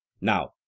now